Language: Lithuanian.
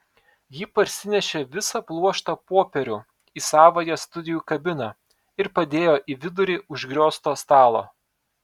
ji parsinešė visą pluoštą popierių į savąją studijų kabiną ir padėjo į vidurį užgriozto stalo